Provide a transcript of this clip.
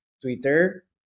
twitter